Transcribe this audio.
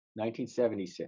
1976